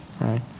right